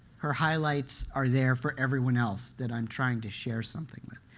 her highlights are there for everyone else that i'm trying to share something with.